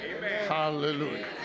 Hallelujah